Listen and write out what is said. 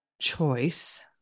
choice